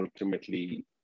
ultimately